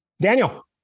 Daniel